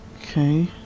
Okay